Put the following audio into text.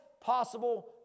possible